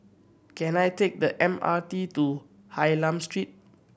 can I take the M R T to Hylam Street